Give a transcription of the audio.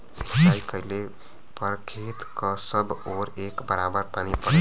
सिंचाई कइले पर खेत क सब ओर एक बराबर पानी पड़ेला